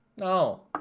No